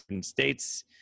states